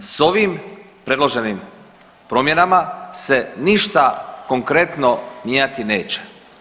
S ovim predloženim promjenama se ništa konkretno mijenjati neće.